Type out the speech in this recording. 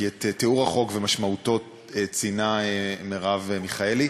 כי את תיאור החוק ומשמעותו ציינה מרב מיכאלי.